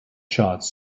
shots